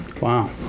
Wow